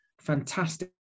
fantastic